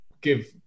give